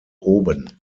oben